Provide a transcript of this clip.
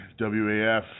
WAF